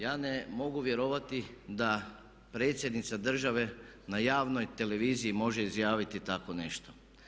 Ja ne mogu vjerovati da predsjednica države na javnoj televiziji može izjaviti tako nešto.